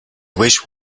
wish